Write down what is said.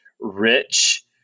rich